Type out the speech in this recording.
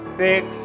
fix